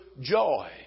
joy